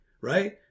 right